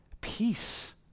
peace